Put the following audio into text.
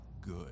good